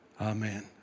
Amen